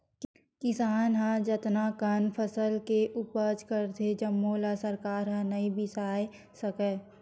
किसान ह जतना कन फसल के उपज करथे जम्मो ल सरकार ह नइ बिसावय सके